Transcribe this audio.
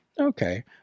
Okay